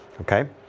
okay